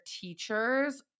teachers